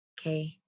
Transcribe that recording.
okay